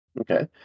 Okay